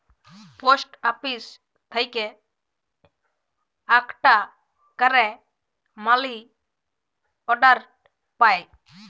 post office থেক্যে আকটা ক্যারে মালি অর্ডার পায়